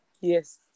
Yes